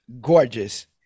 gorgeous